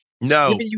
No